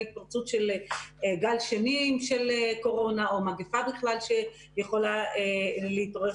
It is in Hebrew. התפרצות גל שני של קורונה או מגפה בכלל שיכולה להתעורר,